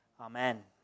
Amen